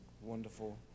wonderful